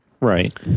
Right